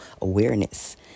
awareness